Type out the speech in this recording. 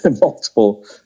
multiple